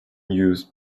used